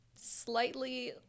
Slightly